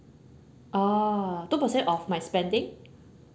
ah two percent of my spending